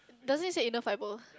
does it said inner fibre